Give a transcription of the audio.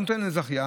הוא נותן לזכיין,